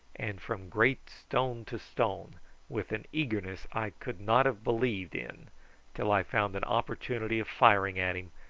and from great stone to stone with an eagerness i could not have believed in till i found an opportunity of firing at him,